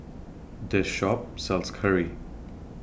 The Shop sells Curry